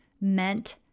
meant